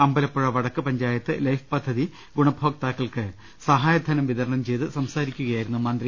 അമ്പലപ്പുഴ വടക്ക് പഞ്ചായത്ത് ലൈഫ് പദ്ധതി ഗുണഭോക്താക്കൾക്ക് സഹായധനം വിതരണം ചെയ്ത് സംസാരിക്കുകയായിരുന്നു മന്ത്രി